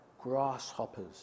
grasshoppers